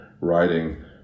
writing